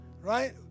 Right